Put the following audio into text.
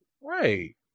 right